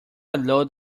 load